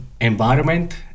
environment